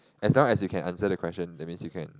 as long as you can answer the question that means you can